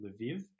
Lviv